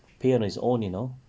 pay on his own you know